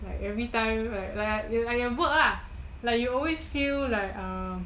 like every time like like like like your work ah like you always feel like you